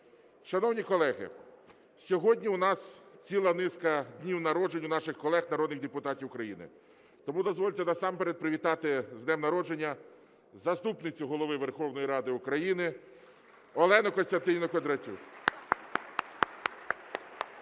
Шановні колеги, сьогодні в нас ціла низка днів народжень у наших колег народних депутатів України. Тому дозвольте насамперед привітати з днем народження заступницю Голови Верховної Ради України Олену Костянтинівну Кондратюк.